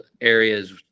areas